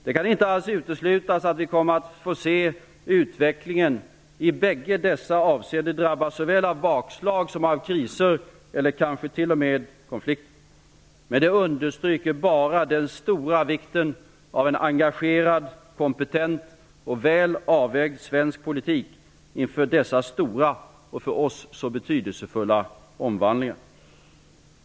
Det kan inte alls uteslutas att vi kommer att få se hur utvecklingen i bägge dessa avseenden drabbas såväl av bakslag som av kriser och kanske t.o.m. av konflikter. Men det understryker bara den stora vikten av en engagerad, kompetent och väl avvägd svensk politik inför dessa stora och för oss så betydelsefulla omvandlingar.